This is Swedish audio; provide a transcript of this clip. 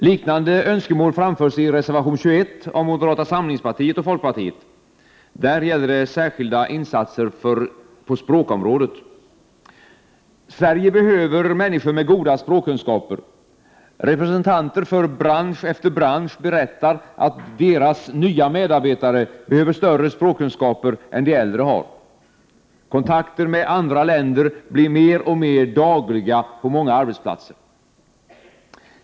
Liknande önskemål framförs i reservation 21 av moderata samlingspartiet 65 och folkpartiet. Det gäller där särskilda insatser på språkområdet. Sverige behöver människor med goda språkkunskaper. Representanter för bransch efter bransch kan berätta att deras nya medarbetare behöver större språkkunskaper än vad de äldre har. Kontakter med andra länder har i stor utsträckning blivit dagliga på många arbetsplatser.